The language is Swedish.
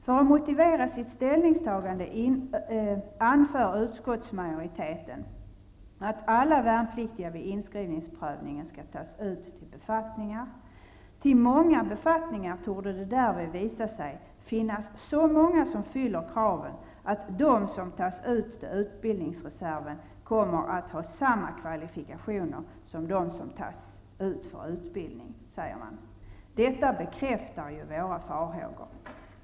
För att motivera sitt ställningstagande anför utskottsmajoriteten att alla värnpliktiga vid inskrivningsprövningen skall tas ut till befattningar. Till många befattningar torde det därvid visa sig finnas så många som fyller kraven att de som tas ut till utbildningsreserven kommer att ha samma kvalifikationer som de som tas ut för utbildning, säger man. Detta bekräftar ju våra farhågor.